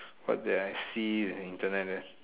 but then I see the Internet eh